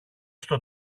στο